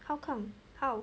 how come how